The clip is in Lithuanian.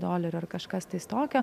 dolerių ar kažkas tais tokio